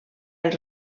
els